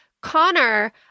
Connor